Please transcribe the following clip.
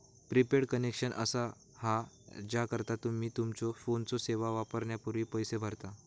prepaid connection असा हा ज्याकरता तुम्ही तुमच्यो फोनची सेवा वापरण्यापूर्वी पैसो भरता